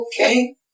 okay